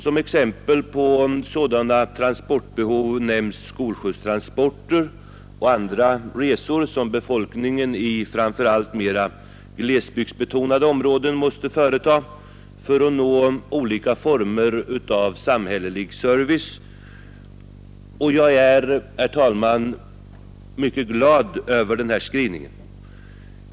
Som exempel på sådana transportbehov nämns skolskjutstransporter och andra resor som befolkningen i framför allt mera glesbygdsbetonade områden måste företa för att nå olika former av samhällelig service. Jag är, herr talman, glad över denna skrivning.